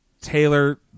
Taylor